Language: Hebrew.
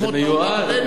זה מיועד,